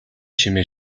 чимээ